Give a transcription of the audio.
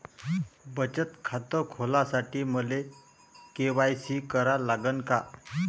बचत खात खोलासाठी मले के.वाय.सी करा लागन का?